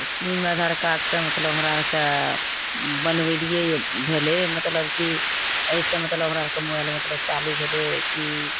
तऽ sim Aadhaar card सऽ मतलब हमरा आरके बनबैलियैया भेलैया मतलब की एहि सऽ मतलब हमरा आरके मोबाइल मतलब चालू भेलैया की